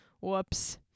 Whoops